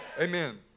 Amen